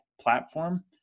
platform